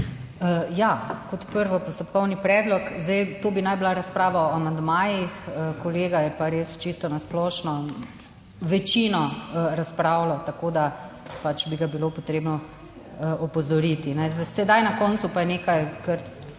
Ja, kot prvo, postopkovni predlog, zdaj to bi naj bila razprava o amandmajih, kolega je pa res čisto na splošno večino razpravljal, tako da bi ga bilo potrebno opozoriti. Sedaj na koncu pa je nekaj, kar